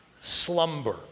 slumber